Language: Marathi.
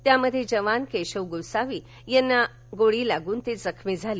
यामध्ये जवान केशव गोसावी यांना गोळी लागून ते जखमी झाले